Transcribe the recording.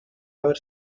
ever